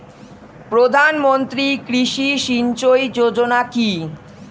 প্রধানমন্ত্রী কৃষি সিঞ্চয়ী যোজনা কি?